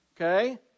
Okay